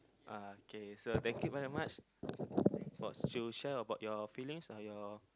uh K so thank you very much for to share about your feelings uh your